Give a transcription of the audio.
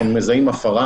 אם אנחנו מזהים הפרה,